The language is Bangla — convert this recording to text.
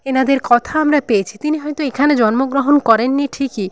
এনাদের কথা আমরা পেয়েছি তিনি হয়তো এখানে জন্মগ্রহণ করেননি ঠিকই